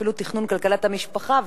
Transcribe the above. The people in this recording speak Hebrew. אפילו תכנון כלכלת המשפחה,